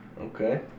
Okay